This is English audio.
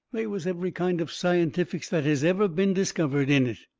they was every kind of scientifics that has ever been discovered in it.